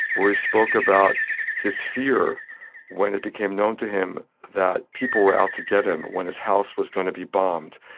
where he spoke about his fear when it became known to him that people were out to get him, when his house was going to be bombed.